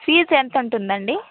fees ఎంతుంటుందండి